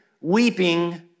weeping